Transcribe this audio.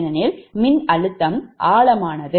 ஏனெனில் மின்னழுத்தம் ஆழமானது